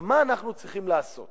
מה אנחנו צריכים לעשות